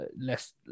less